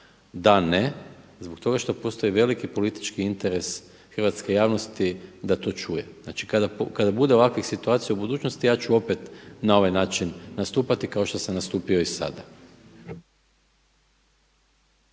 da ne zato što postoji veliki politički interes hrvatske javnosti da to čuje. Znači, kada bude ovakvih situacija u budućnosti ja ću opet na ovaj način nastupati kao što sam nastupio i sada.